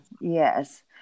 yes